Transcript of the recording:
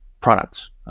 products